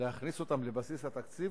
להכניס אותם לבסיס התקציב,